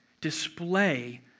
display